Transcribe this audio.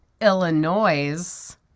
Illinois